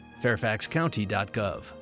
fairfaxcounty.gov